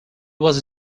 was